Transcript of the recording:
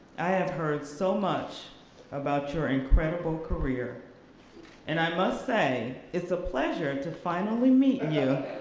i have heard so much about your incredible career and i must say it's a pleasure to finally meet you